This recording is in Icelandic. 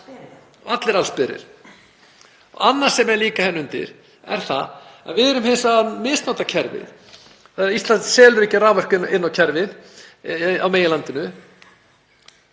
)Allir allsberir. Annað sem er líka hérna undir er það að við erum hins vegar að misnota kerfið. Ísland selur raforku inn á kerfið á meginlandinu